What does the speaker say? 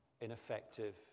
ineffective